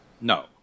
no